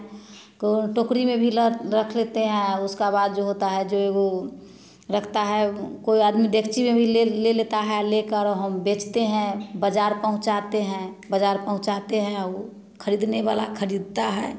को टोकरी में भी लख रख लेते हैं और उसका बाद जो होता है जो एगो रखता है कोई आदमी डेकची में भी ले लेता है ले कर हम बेचते हैं बजार पहुँचाते हैं बजार पहुँचाते हैं और वह खरीदने वाला खरीदता है